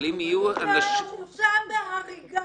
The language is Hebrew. אבל אם יהיו --- הוא הורשע בהריגה,